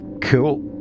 Cool